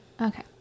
okay